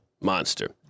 monster